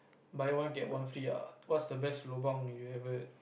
buy one get one free ah what's the best lobang you ever